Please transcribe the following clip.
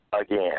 again